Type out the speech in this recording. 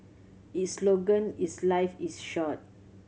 its slogan is Life is short